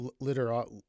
literature